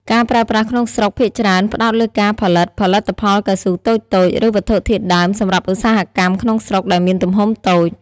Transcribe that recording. ការប្រើប្រាស់ក្នុងស្រុកភាគច្រើនផ្តោតលើការផលិតផលិតផលកៅស៊ូតូចៗ ឬវត្ថុធាតុដើមសម្រាប់ឧស្សាហកម្មក្នុងស្រុកដែលមានទំហំតូច។